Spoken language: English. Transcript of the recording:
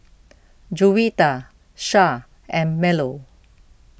Juwita Syah and Melur